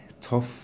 Tough